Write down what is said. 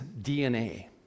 DNA